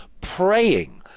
praying